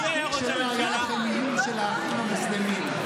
כשלא היה לכם איום של האחים המוסלמים.